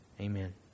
Amen